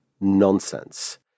nonsense